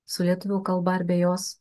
su lietuvių kalba ar be jos